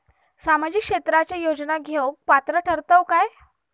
सामाजिक क्षेत्राच्या योजना घेवुक पात्र ठरतव काय?